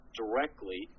directly